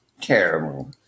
terrible